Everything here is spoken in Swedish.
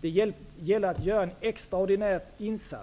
Det gäller att göra en extraordinär insats och